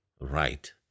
right